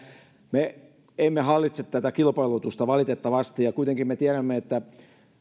me emme hallitse kilpailutusta valitettavasti ja kuitenkin me tiedämme että